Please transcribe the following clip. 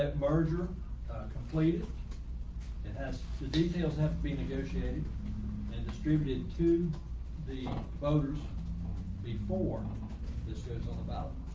ah merger completed and as the details have been negotiated and distributed to the voters before this is all about